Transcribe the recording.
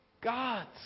God's